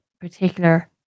particular